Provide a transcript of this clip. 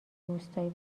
روستایی